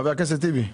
חבר הכנסת טיבי.